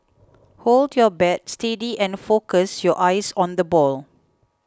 hold your bat steady and focus your eyes on the ball